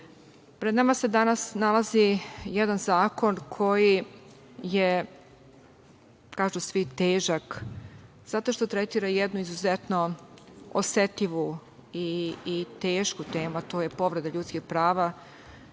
pred nama se danas nalazi jedan zakon koji je, kažu svi, težak zato što tretira jednu izuzetno osetljivu i tešku temu, a to je povreda ljudskih prava,